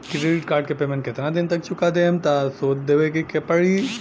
Credit card के payment केतना दिन तक चुका देहम त सूद ना देवे के पड़ी?